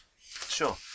sure